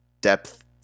depth